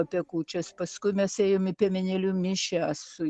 apie kūčias paskui mes ėjom į piemenėlių mišias su